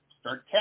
start